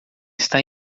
está